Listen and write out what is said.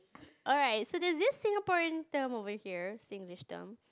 alright so there's this Singaporean term over here Singlish term